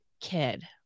kid